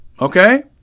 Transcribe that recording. okay